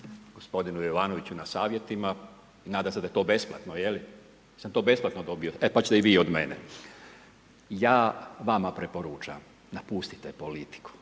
gospodinu Jovanoviću na savjetima. Nadam se da je to besplatno, je li? Jesam li to besplatno dobio? E, pa ćete i vi od mene. Ja vama preporučam, napustite politiku,